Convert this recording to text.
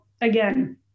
again